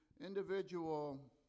individual